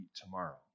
tomorrow